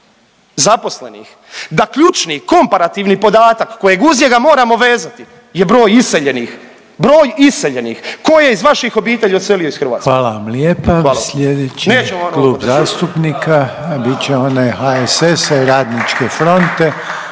zaposlenih, da ključni komparativni podatak kojeg uz njega moramo vezati je broj iseljenih. Broj iseljenih. Tko je iz vaših obitelji odselio ih Hrvatske? Hvala vam. **Reiner, Željko (HDZ)** Hvala vam lijepa. Sljedeći klub zastupnika bit će /Pljesak./ onaj HSS-a i Radničke fronte,